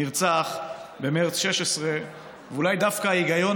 נרצח במרס 2016. ואולי דווקא ההיגיון